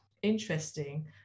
interesting